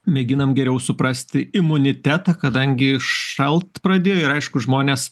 mėginam geriau suprasti imunitetą kadangi šalt pradėjo ir aišku žmonės